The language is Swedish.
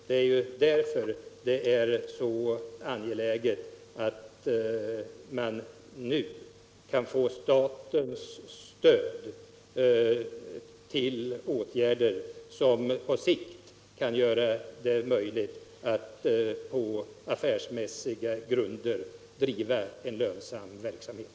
Det är därför det är så angeläget att företaget nu får statens stöd till åtgärder som på sikt kan göra det möjligt att på affärsmässiga grunder driva en lönsam verksamhet.